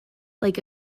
like